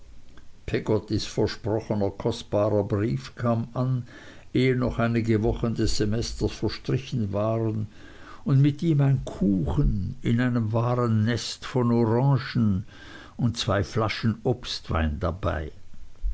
peggottys versprochener kostbarer brief kam an ehe noch einige wochen des semesters verstrichen waren und mit ihm ein kuchen in einem wahren nest von orangen und zwei flaschen obstwein dabei